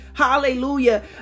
Hallelujah